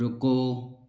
रुको